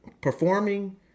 performing